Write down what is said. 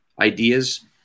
ideas